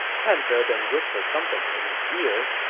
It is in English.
kan ze then whispered something in his ear.